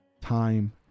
Time